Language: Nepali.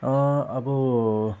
अब